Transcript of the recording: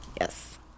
yes